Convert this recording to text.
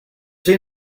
seen